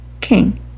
King